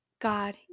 God